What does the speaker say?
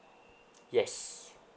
yes